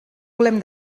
volem